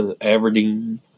Aberdeen